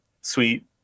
sweet